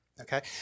okay